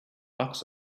bucks